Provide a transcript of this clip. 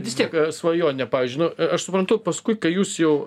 vis tiek svajonė pavyzdžiui nu aš suprantu paskui kai jūs jau